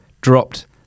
dropped